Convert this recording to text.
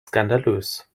skandalös